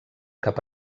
cap